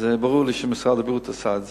אז ברור לי שמשרד הבריאות עשה את זה.